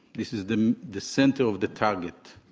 this is the the center of the target.